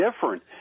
different